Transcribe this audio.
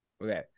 Okay